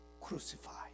crucified